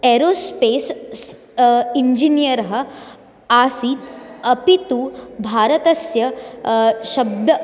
aerospace स् इञ्जिनियरः आसीत् अपि तु भारतस्य शब्द